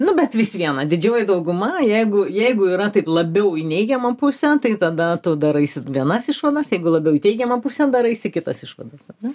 nu bet vis viena didžioji dauguma jeigu jeigu yra taip labiau į neigiamą pusę tai tada tu daraisi vienas išvadas jeigu labiau į teigiamą pusę daraisi kitas išvadas ar ne